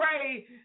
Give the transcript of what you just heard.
pray